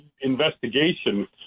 investigation